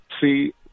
see